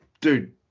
dude